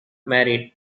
married